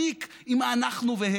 אגב, הוא,